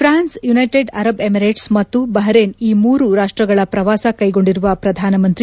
prawn United Arab Emirate ಮತ್ತು Bahrain ಈ ಮೂರು ರಾಷ್ಟಗಳ ಪ್ರವಾಸ ಕೈಗೊಂಡಿರುವ ಪ್ರಧಾನಮಂತ್ರಿ